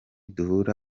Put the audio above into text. duhura